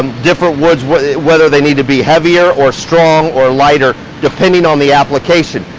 um different woods whether whether they need to be heavier or strong or lighter depending on the application.